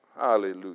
Hallelujah